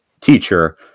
teacher